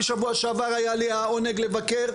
בשבוע שעבר היה לי העונג לבקר.